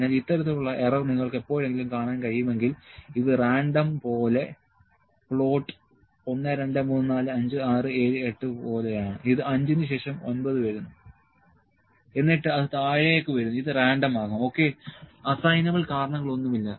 അതിനാൽ ഇത്തരത്തിലുള്ള എറർ നിങ്ങൾക്ക് എപ്പോഴെങ്കിലും കാണാൻ കഴിയുമെങ്കിൽ ഇത് റാൻഡം പോലെ പ്ലോട്ട് 1 2 3 4 5 6 7 8 പോലെയാണ് ഇത് 5 ന് ശേഷം 9 വരുന്നു എന്നിട്ട് അത് താഴേക്ക് വരുന്നു ഇത് റാൻഡം ആകാം ഓക്കേ അസൈനബിൾ കാരണങ്ങളൊന്നുമില്ല